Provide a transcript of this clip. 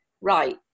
right